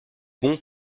bon